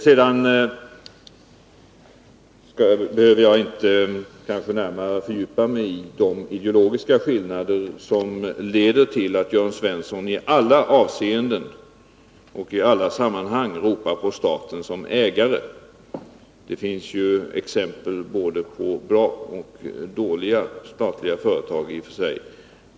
Jag behöver kanske inte närmare fördjupa mig i de ideologiska skillnader oss emellan som leder till att Jörn Svensson i alla avseenden och i alla sammanhang ropar på staten som ägare. Det finns ju i och för sig exempel på både bra och dåliga statliga företag.